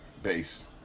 Base